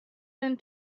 been